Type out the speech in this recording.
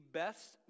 best